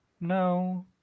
No